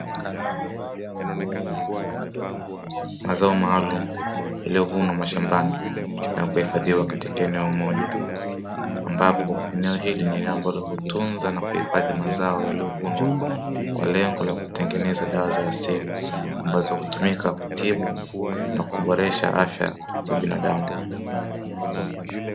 Mazao maalumu yaliyovumwa mashambani na kuhifadhiwa katika eneo moja ambapo eneo hili ni eneo ambalo hutunza na kuhifadhi mazao yaliyovunwa kwa lengo la kutengeneza dawa za asili ambazo hutumika kutibu na kuboresha afya za binadamu.